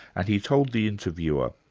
and he told the interviewer,